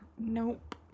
Nope